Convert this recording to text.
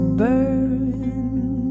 burn